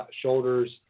shoulders